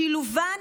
שילובן